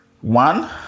One